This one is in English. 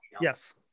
Yes